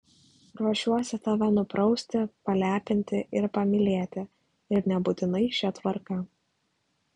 ruošiuosi tave nuprausti palepinti ir pamylėti ir nebūtinai šia eilės tvarka